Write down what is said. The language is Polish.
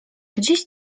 gdzieś